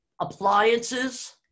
appliances